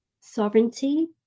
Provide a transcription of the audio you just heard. sovereignty